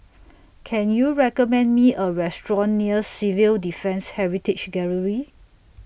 Can YOU recommend Me A Restaurant near Civil Defence Heritage Gallery